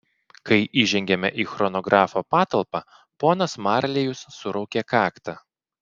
kai įžengėme į chronografo patalpą ponas marlėjus suraukė kaktą